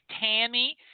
Tammy